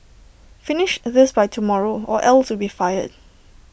finish this by tomorrow or else you'll be fired